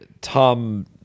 tom